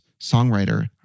songwriter